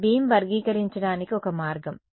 ఇది బీమ్ వర్గీకరించడానికి ఒక మార్గం